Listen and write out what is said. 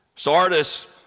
Sardis